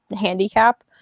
handicap